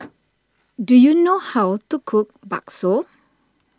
do you know how to cook Bakso